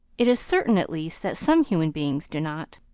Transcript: it is certain, at least, that some human beings do not.